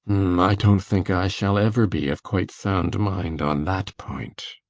i don't think i shall ever be of quite sound mind on that point.